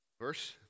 verse